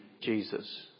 Jesus